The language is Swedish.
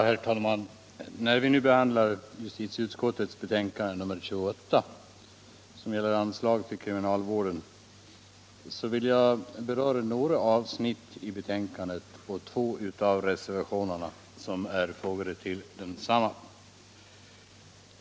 Herr talman! När vi nu behandlar justitieutskottets betänkande nr 28, vården som gäller anslag till kriminalvården, vill jag beröra några avsnitt i betänkandet och två reservationer som är fogade till detsamma.